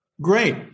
great